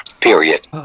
Period